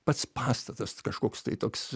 pats pastatas kažkoks tai toks